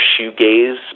shoegaze